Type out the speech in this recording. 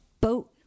boat